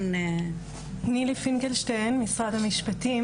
נילי פינקלשטיין משרד המשפטים,